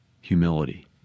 humility